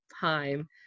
time